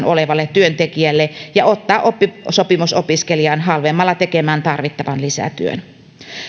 olevalle työntekijälle ja ottaa oppisopimusopiskelijan halvemmalla tekemään tarvittavan lisätyön